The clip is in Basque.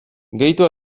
gehitu